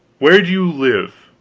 where do you live,